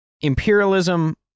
imperialism